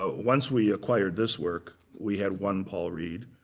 ah once we acquired this work, we had one paul reed,